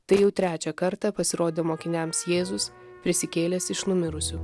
tai jau trečią kartą pasirodė mokiniams jėzus prisikėlęs iš numirusių